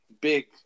big